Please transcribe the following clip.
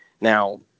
Now